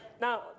Now